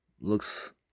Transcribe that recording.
Looks